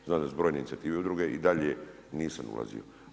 Znam da su brojne inicijative i udruge i dalje nisam ulazio.